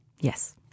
Yes